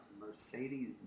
Mercedes